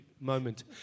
moment